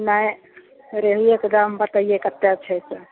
नहि रेहुएके दाम बतइए कते छै से